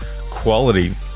quality